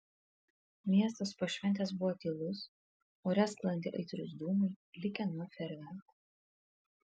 miestas po šventės buvo tylus ore sklandė aitrūs dūmai likę nuo fejerverkų